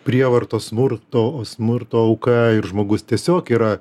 prievartos smurto smurto auka ir žmogus tiesiog yra